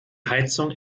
heizung